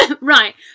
right